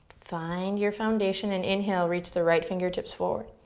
find your foundation and inhale, reach the right fingertips forward.